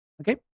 Okay